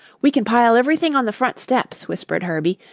we can pile everything on the front steps, whispered herbie,